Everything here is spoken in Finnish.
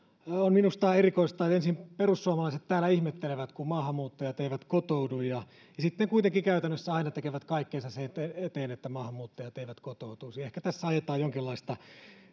minusta on erikoista että ensin perussuomalaiset täällä ihmettelevät kun maahanmuuttajat eivät kotoudu ja ja sitten kuitenkin käytännössä aina tekevät kaikkensa sen eteen että maahanmuuttajat eivät kotoutuisi ehkä tässä ajetaan jonkinlaista